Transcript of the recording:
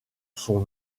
son